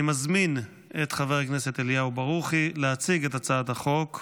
אני מזמין את חבר הכנסת אליהו ברוכי להציג את הצעת החוק,